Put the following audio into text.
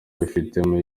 bifite